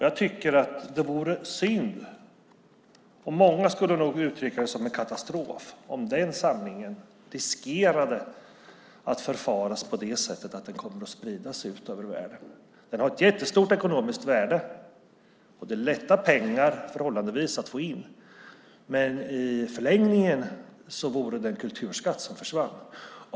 Jag tycker att det vore synd, och många skulle nog uttrycka det som en katastrof, om den samlingen riskerade att förfaras på det sättet att den sprids ut över världen. Den har ett jättestort ekonomiskt värde, och det är förhållandevis lätta pengar att få in. Men i förlängningen skulle en kulturskatt försvinna.